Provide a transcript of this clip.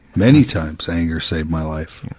many times, anger saved my life.